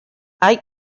hay